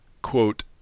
Quote